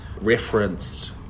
Referenced